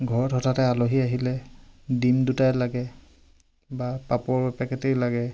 ঘৰত হঠাতে আলহী আহিলে ডিম দুটাই লাগে বা পাপৰ এপেকেটেই লাগে